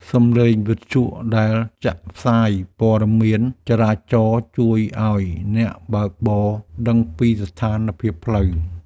សំឡេងវិទ្យុដែលចាក់ផ្សាយព័ត៌មានចរាចរណ៍ជួយឱ្យអ្នកបើកបរដឹងពីស្ថានភាពផ្លូវ។